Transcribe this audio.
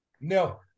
Now